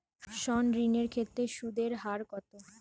সর্ণ ঋণ এর ক্ষেত্রে সুদ এর হার কত?